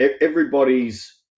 everybody's